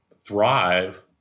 thrive